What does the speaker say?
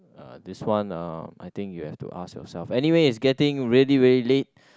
uh this one uh I think you have to ask yourself anyway is getting really really late